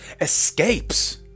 escapes